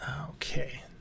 Okay